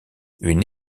une